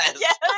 Yes